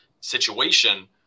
situation